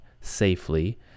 safely